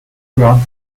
draft